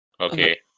Okay